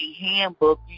handbook